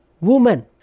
woman